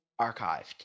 archived